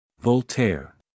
Voltaire